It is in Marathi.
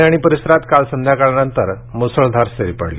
पुणे आणि परिसरात काल संध्याकाळनंतर मुसळधार सरी पडल्या